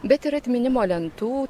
bet ir atminimo lentų